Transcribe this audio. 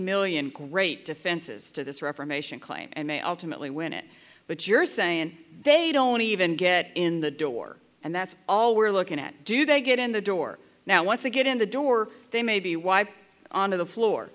million great defenses to this reformation claim and they ultimately win it but you're saying they don't even get in the door and that's all we're looking at do they get in the door now once you get in the door they may be wide on to the floor